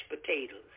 potatoes